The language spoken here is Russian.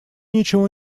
ничего